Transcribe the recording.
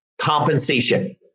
compensation